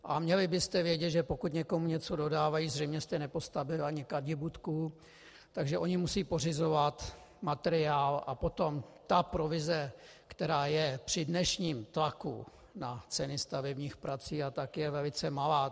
A měli byste vědět, že pokud někomu něco dodávají, zřejmě jste nepostavili ani kadibudku, takže oni musí pořizovat materiál, a potom ta provize, která je při dnešním tlaku na ceny stavebních prací velice malá.